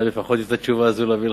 יכולתי להביא לך את התשובה הזאת באשקלון.